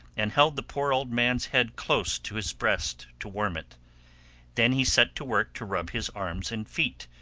and held the poor old man's head close to his breast to warm it then he set to work to rub his arms and feet,